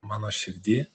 mano širdy